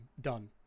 done